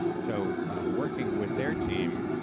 so working with their team,